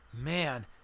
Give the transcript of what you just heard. man